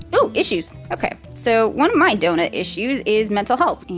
ooh! issues. ok, so one of my donut issues is mental health. yeah